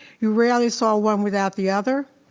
you rarely saw one without the other.